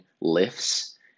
lifts